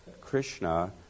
Krishna